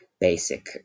basic